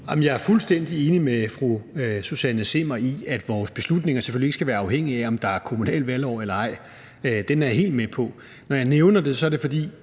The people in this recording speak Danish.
Jeg er fuldstændig enig med fru Susanne Zimmer i, at vores beslutninger selvfølgelig ikke skal være afhængige af, om der er et kommunalt valgår eller ej. Den er jeg helt med på. Når jeg nævner det, er det bare,